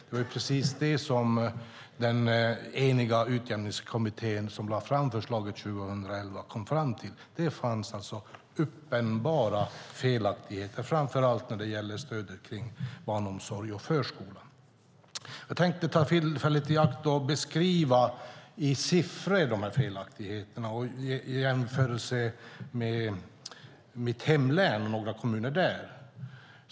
Det är precis det som den eniga Utjämningskommittén.08 som lade fram förslaget 2011 kom fram till. Det fanns uppenbara felaktigheter, framför allt när det gäller stödet för barnomsorg och förskola. Jag tänkte ta tillfället i akt att beskriva dessa felaktigheter i siffror och jämföra med några kommuner i mitt hemlän.